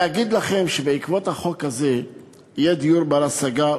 להגיד לכם שבעקבות החוק הזה יהיה דיור בר-השגה?